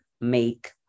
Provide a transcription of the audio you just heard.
make